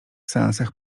seansach